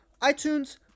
iTunes